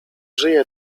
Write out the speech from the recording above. żyje